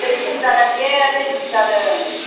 दै खम जादों बेयो दै खम जादों